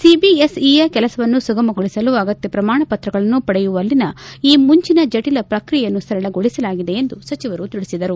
ಸಿಬಿಎಸ್ಇಯ ಕೆಲಸವನ್ನು ಸುಗಮಗೊಳಿಸಲು ಅಗತ್ಯ ಪ್ರಮಾಣಪತ್ರಗಳನ್ನು ಪಡೆಯುವಲ್ಲಿನ ಈ ಮುಂಚಿನ ಜಟಿಲ ಪ್ಲಕ್ರಿಯೆಯನ್ನು ಸರಳಗೊಳಿಸಲಾಗಿದೆ ಎಂದು ಸಚಿವರು ತಿಳಿಸಿದರು